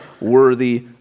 worthy